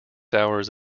hours